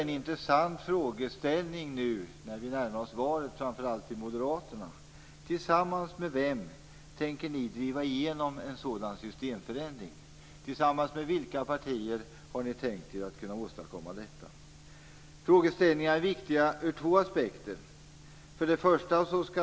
En intressant frågeställning framför allt till Moderaterna nu när vi närmar oss valet är: Tillsammans med vilka partier tänker Moderaterna driva igenom en sådan systemförändring för att åstadkomma detta? Frågeställningen är viktig ur två aspekter.